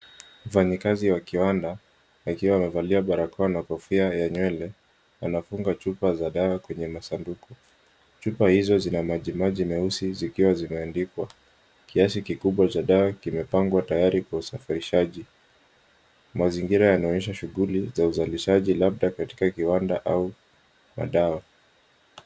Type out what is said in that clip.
Mfanyikazi wa kiwanda, akiwa amevalia barakoa na kofia ya nywele, anafunga chupa za dawa kwenye masanduku. Chupa hizo zina majimaji meusi, zikiwa zimeandikwa. Kiasi kikubwa cha dawa kimepangwa tayari kwa usafirishaji. Mazingira yanaonyesha shughuli za uzalishaji, labda katika kiwanda au madawa.